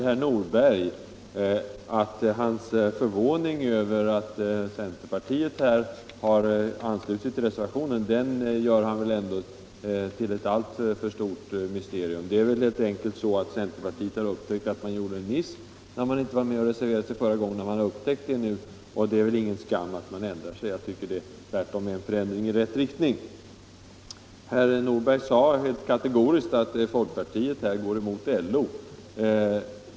Herr talman! Att centerpartiet har anslutit sig till reservationen gör herr Nordberg här till ett alltför stort mysterium. Det är väl helt enkelt så att man i centern gjorde en miss, när man inte reserverade sig förra året. Nu har man upptäckt det. Och det är väl ingen skam att man ändrar sig. Jag tycker tvärtom det är en ändring i rätt riktning. Sedan förklarade herr Nordberg kategoriskt att folkpartiet går emot LO i denna fråga.